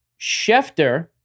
Schefter